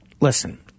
listen